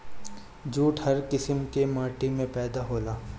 jute हर किसिम के माटी में पैदा होला